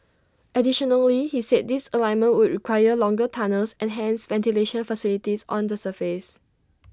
additionally he said this alignment would require longer tunnels and hence ventilation facilities on the surface